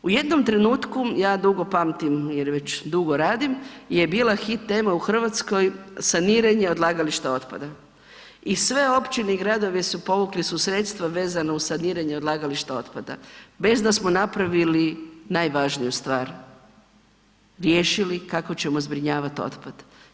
U jednom trenutku, ja dugo pamtim jer već dugo radim je bila hit tema u Hrvatskoj saniranja odlagališta otpada i sve općine i gradovi su povukla sredstva vezano uz saniranje odlagališta otpada bez da smo napravili najvažniju stvar, riješili kako ćemo zbrinjavati otpad.